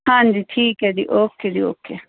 ਹਾਂਜੀ ਠੀਕ ਹੈ ਜੀ ਓਕੇ ਜੀ ਓਕੇ